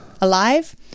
alive